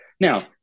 Now